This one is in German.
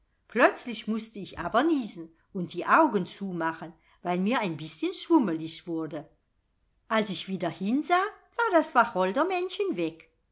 plötzlich mußte ich aber niesen und die augen zumachen weil mir ein bißchen schwumelig wurde als ich wieder hinsah war das wacholdermännchen weg